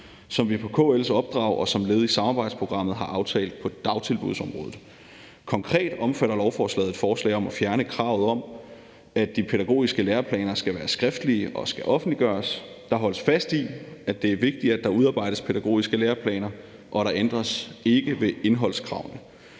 som vi på KL's opdrag og som led i samarbejdsprogrammet har aftalt på dagtilbudsområdet. Konkret omfatter lovforslaget et forslag om at fjerne kravet om, at de pædagogiske læreplaner skal være skriftlige og skal offentliggøres. Der holdes fast i, at det er vigtigt, at der udarbejdes pædagogiske læreplaner, og der ændres ikke ved indholdskravene.